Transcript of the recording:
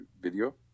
video